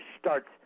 starts